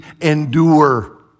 endure